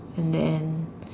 and then